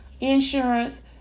insurance